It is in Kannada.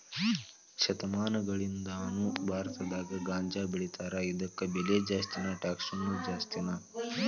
ಶತಮಾನಗಳಿಂದಾನು ಭಾರತದಾಗ ಗಾಂಜಾಬೆಳಿತಾರ ಇದಕ್ಕ ಬೆಲೆ ಜಾಸ್ತಿ ಟ್ಯಾಕ್ಸನು ಜಾಸ್ತಿ